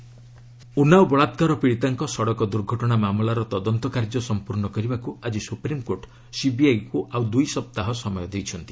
SC Unnao Unnao ବଳାକ୍କାର ପୀଡ଼ିତାଙ୍କ ସଡ଼କ ଦୁର୍ଘଟଣା ମାମଲାର ତଦନ୍ତ କାର୍ଯ୍ୟ ସଂପୂର୍ଣ୍ଣ କରିବାକୁ ଆଜି ସୁପ୍ରିମକୋର୍ଟ ସିବିଆଇକୁ ଆଉ ଦୁଇସପ୍ତାହ ସମୟ ଦେଇଛନ୍ତି